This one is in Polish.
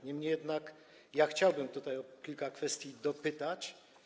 Niemniej jednak chciałbym tutaj o kilka kwestii dopytać.